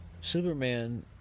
Superman